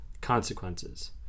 consequences